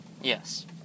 Yes